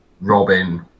Robin